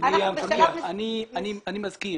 אני מזכיר.